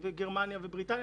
גרמניה ובריטניה,